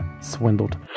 swindled